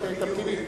תמתיני.